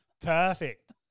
Perfect